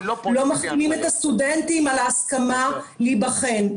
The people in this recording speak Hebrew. לא מחתימים את הסטודנטים על ההסכמה להיבחן,